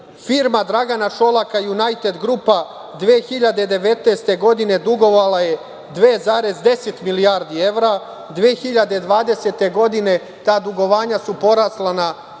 firma Dragana Šolaka „Junajted grupa“ 2019. godine dugovala je 2,10 milijardi evra, 2020. godine ta dugovanja su porasla na